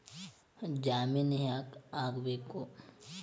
ಜಾಮಿನ್ ಯಾಕ್ ಆಗ್ಬೇಕು?